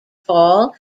fall